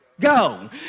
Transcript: Go